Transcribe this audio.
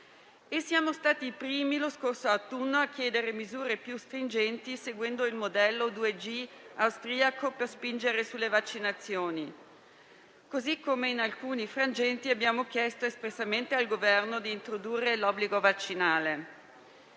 siamo stati i primi, lo scorso autunno, a chiedere misure più stringenti, seguendo il modello 2G austriaco, per spingere sulle vaccinazioni; così come in alcuni frangenti abbiamo chiesto espressamente al Governo di introdurre l'obbligo vaccinale.